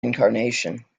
reincarnation